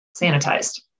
sanitized